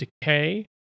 Decay